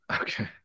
okay